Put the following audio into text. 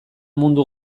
mundu